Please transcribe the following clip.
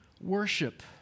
worship